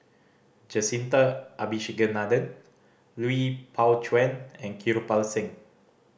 Jacintha Abisheganaden Lui Pao Chuen and Kirpal Singh